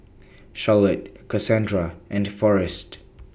Charlotte Kasandra and Forest